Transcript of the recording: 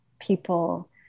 people